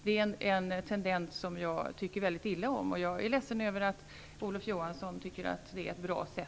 Den tendensen tycker jag väldigt illa om, och jag är ledsen över att Olof Johansson tycker att det är ett bra sätt.